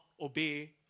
obey